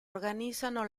organizzano